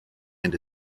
and